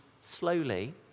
slowly